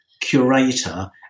curator